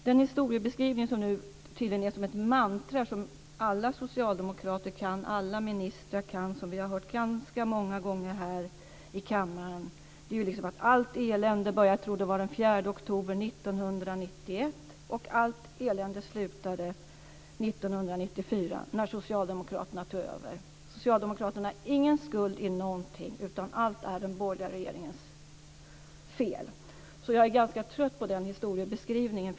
Den historieskrivning som tydligen är som ett mantra som alla socialdemokrater och ministrar kan och som har hörts många gånger i kammaren är att allt elände började den 4 oktober 1991 och slutade 1994 när socialdemokraterna tog över. Socialdemokraterna har ingen skuld i någonting utan allt är den borgerliga regeringens fel. Jag är ganska trött på den historieskrivningen.